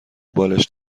بالشت